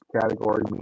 category